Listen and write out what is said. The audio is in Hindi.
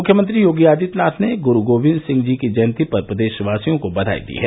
मुख्यमंत्री योगी आदित्यनाथ ने गुरू गोविन्द सिंह जी की जयंती पर प्रदेशवासियों को बधाई दी है